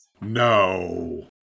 No